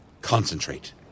concentrate